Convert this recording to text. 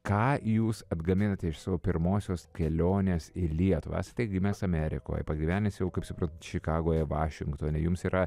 ką jūs atgaminate iš savo pirmosios kelionės į lietuvą esate gimęs amerikoje pagyvenęs jau kaip supratau čikagoje vašingtone jums yra